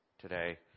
today